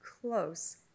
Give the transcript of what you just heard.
close